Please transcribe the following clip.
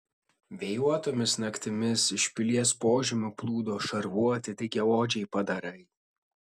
vėjuotomis naktimis iš pilies požemių plūdo šarvuoti dygiaodžiai padarai